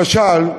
למשל,